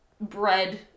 bread